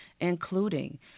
including